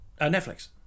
Netflix